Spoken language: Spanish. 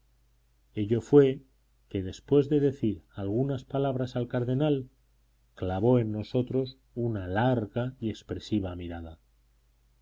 ello fue que después de decir algunas palabras al cardenal clavó en nosotros una larga y expresiva mirada